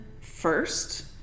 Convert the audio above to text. first